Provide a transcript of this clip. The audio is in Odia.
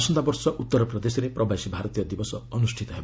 ଆସନ୍ତା ବର୍ଷ ଉତ୍ତର ପ୍ରଦେଶରେ ପ୍ରବାସୀ ଭାରତୀୟ ଦିବସ ଅନୁଷ୍ଠିତ ହେବ